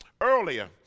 earlier